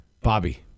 Bobby